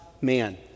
man